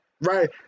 Right